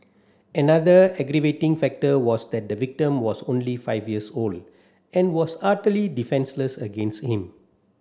another aggravating factor was that the victim was only five years old and was utterly defenceless against him